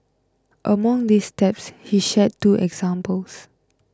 among these steps he shared two examples